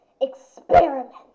Experiment